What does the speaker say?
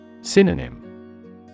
Synonym